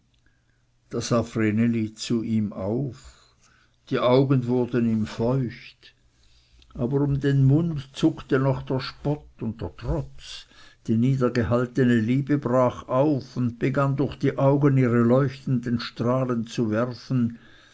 sah vreneli zu ihm auf die augen wurden ihm feucht aber um den mund zuckte noch der spott und der trotz die niedergehaltene liebe brach auf und begann durch die augen ihre leuchtenden strahlen zu werfen